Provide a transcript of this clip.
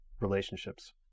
relationships